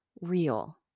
real